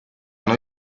non